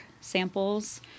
samples